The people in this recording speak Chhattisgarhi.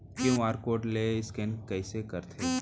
क्यू.आर कोड ले स्कैन कइसे करथे?